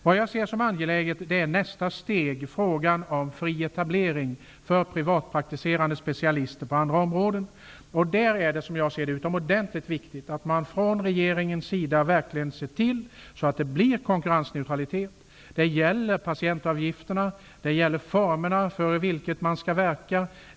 Vad jag ser som angeläget är nästa steg, frågan om fri etablering för privatpraktiserande specialister på andra områden. Där är det, som jag ser det, utomordentligt viktigt att man från regeringens sida verkligen ser till att det blir konkurrensneutralitet. Det gäller patientavgifterna. Det gäller formerna för hur man skall verka.